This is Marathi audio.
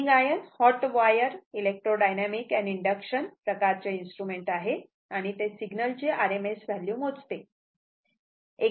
हे moving iron hot wire electrodynamic and induction प्रकारचे इन्स्ट्रुमेंट आहे आणि ते सिग्नल ची RMS व्हॅल्यू मोजते